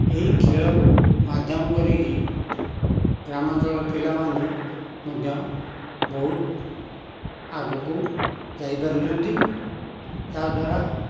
ଏହି ଖେଳକୁ ମାଧ୍ୟମ କରିକି ଗ୍ରାମାଅଞ୍ଚଳ ପିଲାମାନେ ମଧ୍ୟ ବହୁତ ଆଗକୁ ଯାଇପାରୁଛନ୍ତି ତାଦ୍ଵାରା